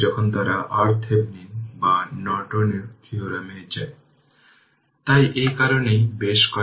সুতরাং ইকুইভ্যালেন্ট হবে 7 7 বাই 7 7